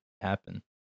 happen